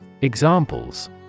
Examples